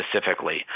specifically